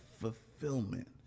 fulfillment